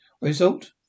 result